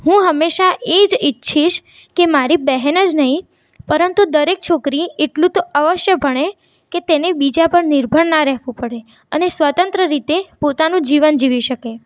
હું હંમેશા એ જ ઇચ્છીશ કે મારી બહેન જ નહીં પરંતુ દરેક છોકરી એટલું તો અવશ્ય ભણે કે તેને બીજા પર નિર્ભર ના રહેવું પડે અને સ્વતંત્ર રીતે પોતાનું જીવન જીવી શકે